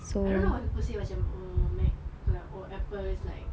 I don't know why people say macam oh mac oh apple is like